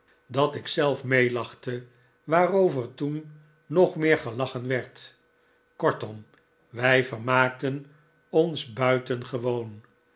dat ik zelf meelachte waarover toen nog meer gelachen werd kortom wij vermaakten ons buitengewoon